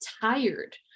tired